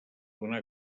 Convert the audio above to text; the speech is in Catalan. donar